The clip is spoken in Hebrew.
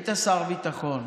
היית שר הביטחון.